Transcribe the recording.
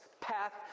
path